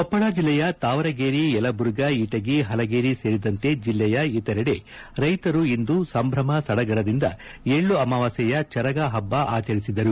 ಕೊಪ್ಪಳ ಜಿಲ್ಲೆಯ ತಾವರಗೇರಿ ಯಲಬುರ್ಗಾ ಇಟಗಿ ಪಲಗೇರಿ ಸೇರಿದಂತೆ ಜಿಲ್ಲೆಯ ಇತರೆಡೆ ರೈತರು ಇಂದು ಸಂಭ್ರಮ ಸಡಗರದಿಂದ ಎಳ್ಳು ಅಮವಾಸೆಯ ಚರಗ ಹಬ್ಬ ಆಚರಿಸಿದರು